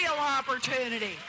opportunity